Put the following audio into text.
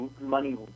money